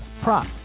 prop